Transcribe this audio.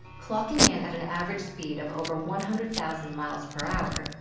clocking in at an average speed of over one hundred thousand miles per hour,